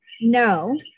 no